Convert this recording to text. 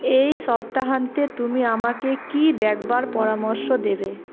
এই সপ্তাহান্তে তুমি আমাকে কী দেখবার পরামর্শ দেবে